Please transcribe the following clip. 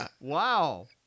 wow